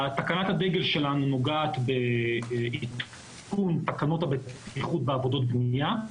תקנת הדגל שלנו נוגעת בעדכון תקנות הבטיחות בעבודות בנייה,